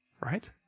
right